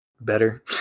better